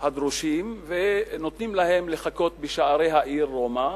הדרושים ונותנים להם לחכות בשערי העיר רומא.